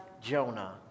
Jonah